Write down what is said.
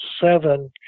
seven